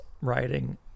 writing